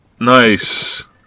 Nice